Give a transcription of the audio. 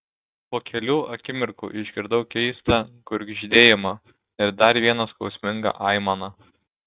po kelių akimirkų išgirdau keistą gurgždėjimą ir dar vieną skausmingą aimaną